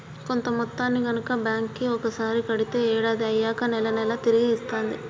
కొంత మొత్తాన్ని గనక బ్యాంక్ కి ఒకసారి కడితే ఏడాది అయ్యాక నెల నెలా తిరిగి ఇస్తాంది